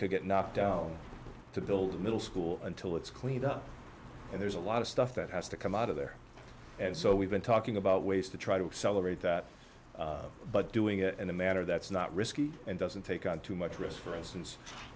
could get knocked down to build a middle school until it's cleaned up and there's a lot of stuff that has to come out of there and so we've been talking about ways to try to accelerate that but doing it in a manner that's not risky and doesn't it got too much risk for instance